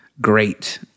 great